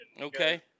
Okay